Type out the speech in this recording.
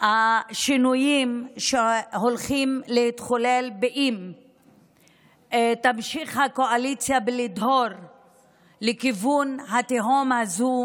השינויים שהולכים להתחולל אם תמשיך הקואליציה לדהור לכיוון התהום הזו,